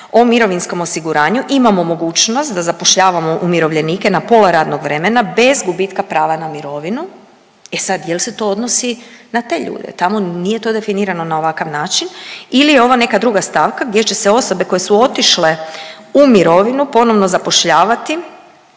o mirovinskom osiguranju imamo mogućnost da zapošljavamo umirovljenike na pola radnog vremena bez gubitka prava na mirovinu. E sad, je li se to odnosi na te ljude? Tamo nije to definirano na ovakav način ili je ovo neka druga stavka gdje će se osobe koje su otišle u mirovinu ponovno zapošljavati